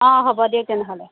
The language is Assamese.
অঁ হ'ব দিয়ক তেনেহ'লে